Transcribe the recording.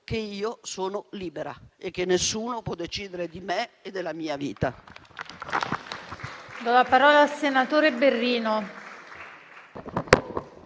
che io sono libera e che nessuno può decidere di me e della mia vita.